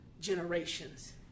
generations